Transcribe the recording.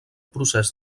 procés